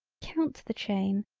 count the chain,